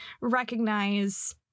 recognize